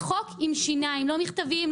שיהיה חוק עם שיניים ולא מכתבים,